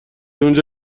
اونجا